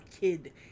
kid